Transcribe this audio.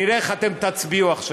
נראה איך אתם תצביעו עכשיו.